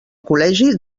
col·legi